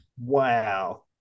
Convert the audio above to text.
Wow